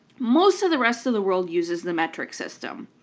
most of the rest of the world uses the metric system.